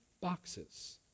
boxes